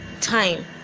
time